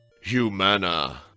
humana